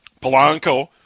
Polanco